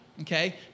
okay